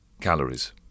calories